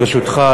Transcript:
ברשותך,